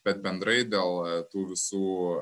bet bendrai dėl tų visų